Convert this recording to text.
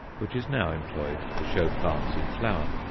which is now employed to show plants in flower.